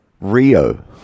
Rio